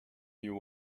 you